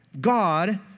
God